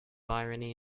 irony